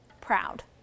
proud